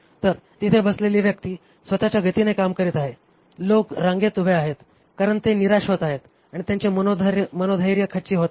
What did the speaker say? तर तिथे बसलेली व्यक्ती स्वतःच्या गतीने काम करीत आहे लोक रांगेत उभे आहेत कारण ते निराश होत आहेत आणि त्यांचे मनोधैर्य खच्ची होत आहे